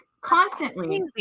Constantly